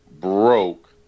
broke